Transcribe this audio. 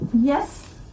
Yes